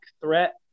threat